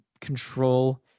control